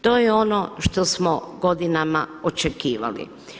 To je ono što smo godinama očekivali.